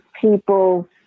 people